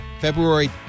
February